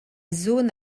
zone